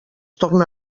torna